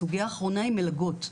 הסוגייה האחרונה היא מלגות.